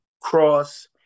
Cross